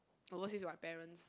overseas with my parents